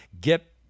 get